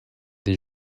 les